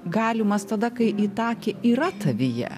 galimas tada kai itakė yra tavyje